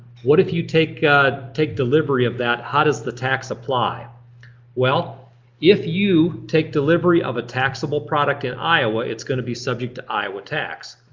what if you take ah take delivery of that? how does the tax apply? if you take delivery of a taxable product in iowa it's gonna be subject to iowa tax.